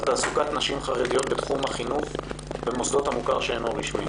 על תעסוקת נשים חרדיות בתחום החינוך במוסדות המוכר שאינו רשמי.